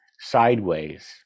sideways